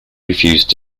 refused